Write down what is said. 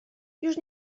już